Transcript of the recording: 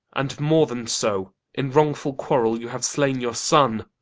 and more than so in wrongful quarrel you have slain your son.